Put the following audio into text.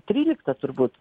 trylikta turbūt